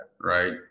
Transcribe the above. Right